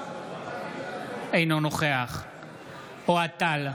אינו נוכח אוהד טל,